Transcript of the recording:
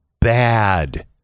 bad